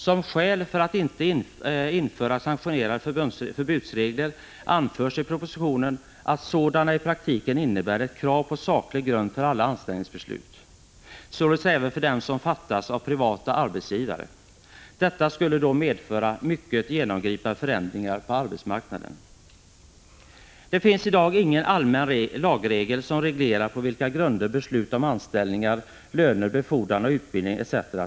Som skäl för att inte införa sanktionerade förbudsregler anförs i propositionen att sådana i praktiken innebär ett krav på saklig grund för alla anställningsbeslut, således även dem som fattas av privata arbetsgivare. Detta skulle då medföra mycket genomgripande förändringar på arbetsmarknaden. Det finns i dag ingen allmän lagregel som reglerar på vilka grunder beslut om anställningar, löner, befordran och utbildning etc.